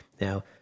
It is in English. Now